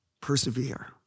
Persevere